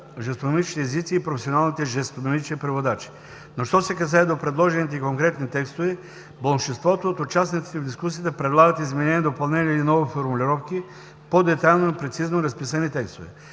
жестомимичните езици и професионалните жестомимични преводачи. Но що се касае до предложените конкретни текстове болшинството от участниците в дискусията предлагат изменения, допълнения или нови формулировки, по-детайлно и прецизирано разписани текстове.